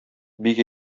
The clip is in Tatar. бик